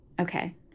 Okay